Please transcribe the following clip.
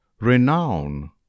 Renown